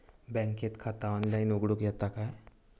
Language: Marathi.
बँकेत खाता ऑनलाइन उघडूक येता काय?